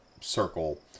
circle